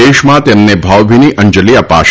દેશમાં તેમને ભાવભીની અંજલી અપાશે